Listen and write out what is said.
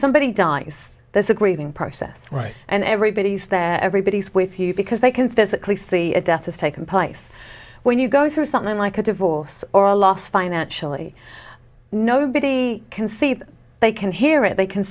somebody dies there's a grieving process right and everybody's that everybody's with you because they can physically see a death has taken place when you go through something like a divorce or a loss financially nobody can see that they can hear it they can